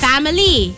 Family